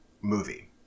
movie